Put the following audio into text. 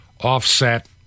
offset